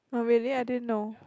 oh really I didn't know